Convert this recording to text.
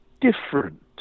different